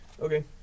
Okay